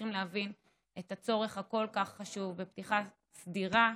וצריכים להבין את הצורך הכל-כך חשוב בפתיחה סדירה,